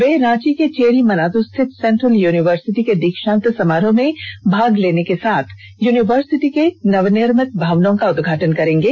वे रांची के चेरी मनातु स्थित central university के दीक्षांत समारोह में भाग लेने के साथ यूनिवर्सिटी के नवनिर्मित भवनों का उद्घाटन भी करेंगे